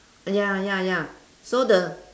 ya ya ya so the